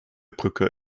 brücke